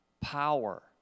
power